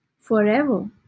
forever